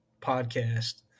podcast